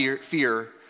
fear